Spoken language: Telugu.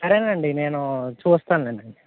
సరే అండి నేను చూస్తాను లేండది